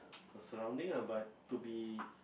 the surrounding lah but to be